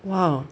!wow!